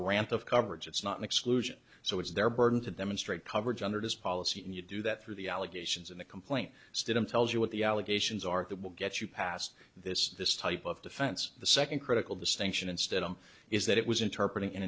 grant of coverage it's not an exclusion so it's their burden to demonstrate coverage under this policy and you do that through the allegations in the complaint stood up tells you what the allegations are that will get you past this this type of defense the second critical distinction instead of is that it was interpreting an